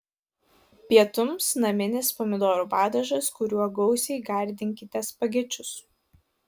pietums naminis pomidorų padažas kuriuo gausiai gardinkite spagečius